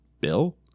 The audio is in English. Bill